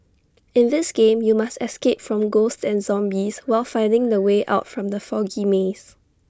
in this game you must escape from ghosts and zombies while finding the way out from the foggy maze